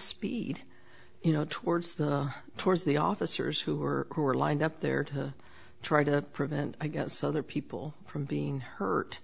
speed you know towards the towards the officers who were who were lined up there to try to prevent i guess other people from being hurt